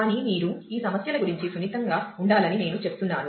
కానీ మీరు ఈ సమస్యల గురించి సున్నితంగా ఉండాలని నేను చెప్తున్నాను